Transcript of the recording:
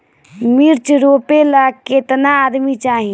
मिर्च रोपेला केतना आदमी चाही?